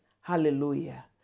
Hallelujah